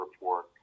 report